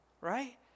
right